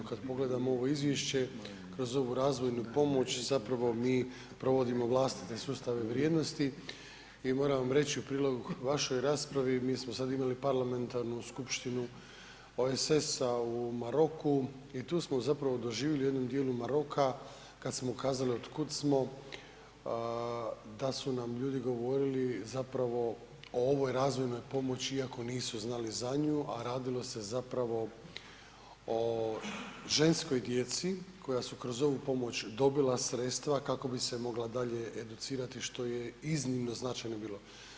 A kad pogledamo ovo izvješće, kroz ovu razvojnu pomoć zapravo mi provodimo vlastite sustave vrijednosti i moram vam reći u prilog vašoj raspravi mi smo sad imali parlamentarnu skupštinu OSSA u Maroku i tu smo zapravo doživjeli u jednom dijelu Maroka kad smo kazali od kud smo da su nam ljudi govorili zapravo o ovoj razvojnoj pomoći iako nisu znali za nju, a radilo se zapravo o ženskoj djeci koja su kroz ovu pomoć dobila sredstva kako bi se mogla dalje educirati što je iznimno značajno bilo.